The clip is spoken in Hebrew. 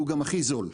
שהוא גם הכי זול.